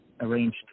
arranged